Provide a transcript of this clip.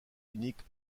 unique